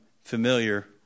familiar